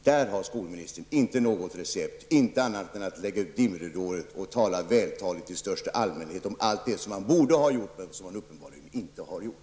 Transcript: Där har skolministern inte något recept annat än att lägga ut dimridåer och tala vältaligt i största allmänhet om allt det som man borde ha gjort men som man uppenbarligen inte har gjort.